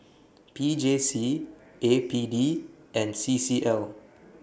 P J C A P D and C C L